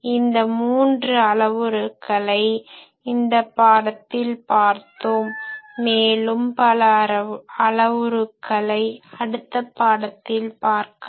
இந்த மூன்று அளவுருக்களை இந்த பாடத்தில் பார்த்தோம் மேலும் பல அளவுருக்களை அடுத்த பாடத்தில் பார்க்கலாம்